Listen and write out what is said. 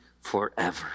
forever